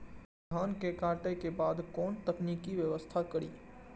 धान के काटे के बाद कोन तकनीकी व्यवस्था करी?